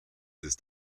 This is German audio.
ist